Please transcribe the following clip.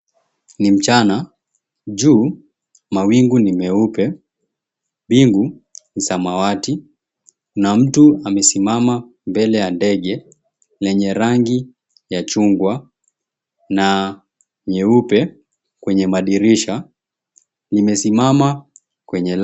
Ni mchana juu mawingu ni meupe, mbingu ni samawati na mtu amesimama mbele ya ndege lenye rangi ya chungwa na nyeupe kwenye madirisha imesimama kwa lami.